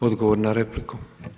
Odgovor na repliku.